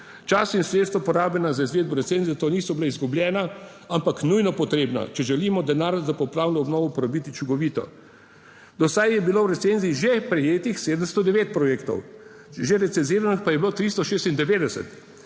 Čas in sredstva porabljena za izvedbo recenzije, to niso bila izgubljena, ampak nujno potrebna, če želimo denar za poplavno obnovo uporabiti učinkovito. Do zdaj je bilo v recenziji že prejetih 709 projektov, že recenziranih pa je bilo 396,